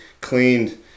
cleaned